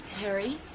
Harry